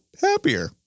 happier